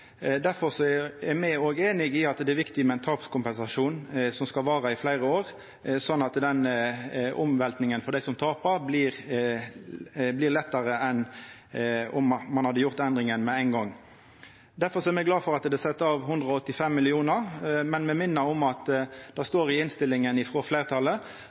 Derfor er me òg einig i at det er viktig med ein tapskompensasjon som skal vara i fleire år, slik at omveltinga for dei som taper, blir lettare enn om ein hadde gjort endringane med ein gong. Difor er me glade for at det er sett av 185 mill. kr, men me minner om at det står i innstillinga frå fleirtalet